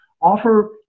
offer